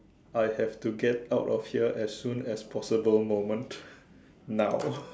I have to get out of here as soon as possible moment now